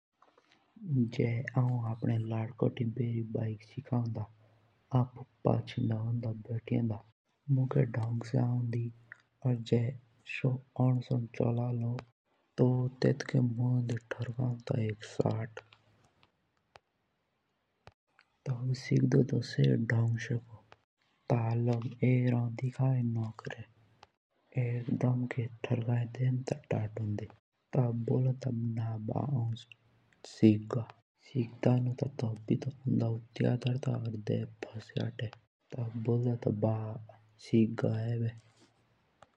जै हौण आपणे लड़कुचो बेरी बाइक सिखा त हौं आपु पछिंडा बोथ्ये होंदा त। मुखे धंगसे आंडी जै एंड सांड चलालो तो तेत्तके म्हूंदी थरकांदा त एक शाट। तब सिखदो तो धंगसेको और तब एक धंगकी थरकाई देंदा था ततुंडी तब बोलदो तो न बाः एब सिख गा।